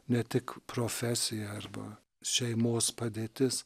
ne tik profesija arba šeimos padėtis